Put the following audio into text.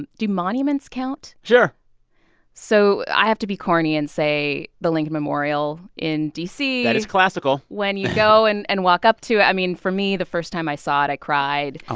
and do monuments count? sure so i have to be corny and say the lincoln memorial in d c that is classical when you go and and walk up to it i mean, for me, the first time i saw it, i cried